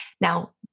Now